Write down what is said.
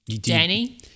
Danny